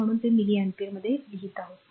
म्हणून ते milli ampere मध्ये लिहीत आहोत